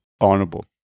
honorable